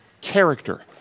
character